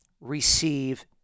receive